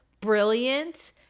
brilliant